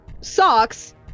Socks